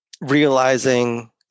realizing